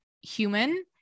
human